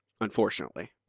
unfortunately